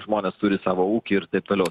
žmonės turi savo ūkį ir taip toliau